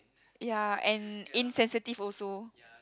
ya and insensitive also